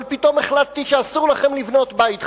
אבל פתאום החלטתי שאסור לכם לבנות בית חדש,